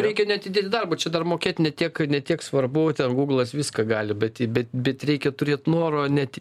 reikia neatidėti darbo čia dar mokė ne tiek ne tiek svarbu ten guglas viską gali bet bet reikia turėt noro net